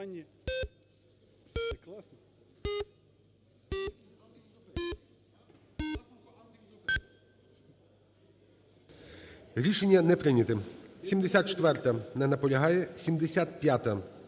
Рішення не прийняте. 74-а. Не наполягає. 75-а.